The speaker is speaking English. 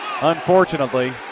unfortunately